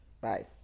Bye